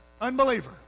unbeliever